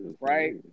right